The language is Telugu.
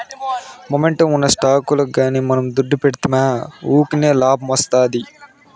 మొమెంటమ్ ఉన్న స్టాకుల్ల గానీ మనం దుడ్డు పెడ్తిమా వూకినే లాబ్మొస్తాది